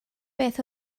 beth